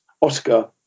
Oscar